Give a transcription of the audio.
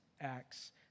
acts